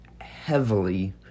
heavily